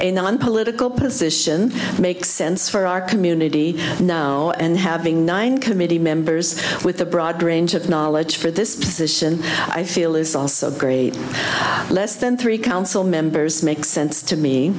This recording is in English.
the one political position to make sense for our community now and having nine committee members with a broad range of knowledge for this position i feel is also great less than three council members makes sense to me